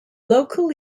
local